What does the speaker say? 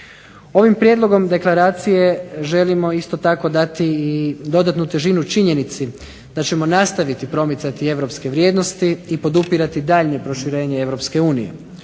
Ovim prijedlogom Deklaracije želimo isto tako dati dodatnu težinu činjenici da ćemo nastaviti promicati Europske vrijednosti i podupirati daljnje proširenje